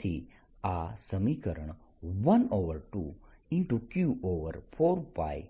તેથી આ સમીકરણ 12 Q4π0R